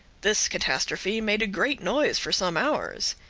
this catastrophe made a great noise for some hours.